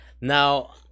Now